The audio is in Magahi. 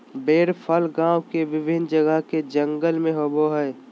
बेर फल गांव के विभिन्न जगह के जंगल में होबो हइ